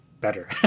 better